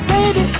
Baby